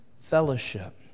fellowship